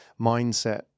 mindset